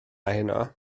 heno